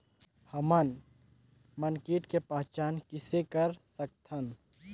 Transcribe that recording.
हमन मन कीट के पहचान किसे कर सकथन?